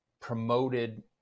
promoted